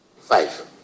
Five